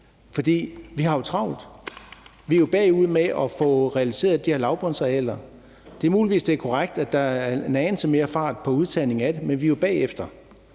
for vi har jo travlt. Vi er jo bagud med at få realiseret de her lavbundsarealer. Det er muligvis korrekt, at der er en anelse mere fart på udtagningen af det, men vi er jo bagefter.